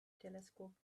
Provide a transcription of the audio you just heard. telescope